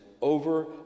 over